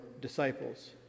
disciples